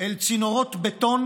אל צינורות בטון.